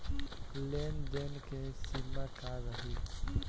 लेन देन के सिमा का रही?